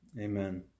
Amen